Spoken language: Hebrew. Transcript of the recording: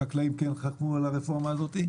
החקלאים כן חתמו על הרפורמה הזאת.